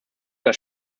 oder